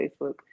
Facebook